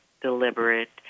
deliberate